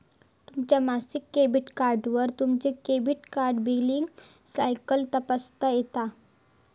तुमच्या मासिक क्रेडिट कार्डवर तुमची क्रेडिट कार्ड बिलींग सायकल तपासता येता